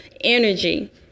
energy